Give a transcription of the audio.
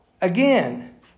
again